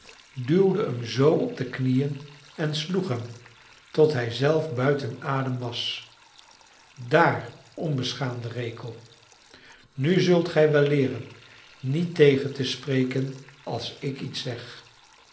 duwde hem zoo op de knieën en sloeg hem tot hij zelf buiten adem was daar onbeschaamde rekel nu zult gij wel leeren niet tegen te spreken als ik iets zeg